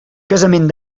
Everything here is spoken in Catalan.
casament